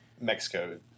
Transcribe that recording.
Mexico